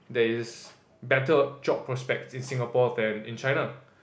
there is better job prospect in Singapore than in China